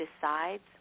decides